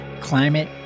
Climate